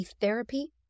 therapy